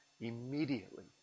immediately